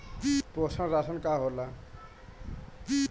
पोषण राशन का होला?